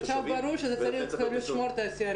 עכשיו ברור שצריך לשמור על התעשייה.